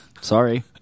Sorry